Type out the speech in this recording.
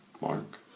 Mark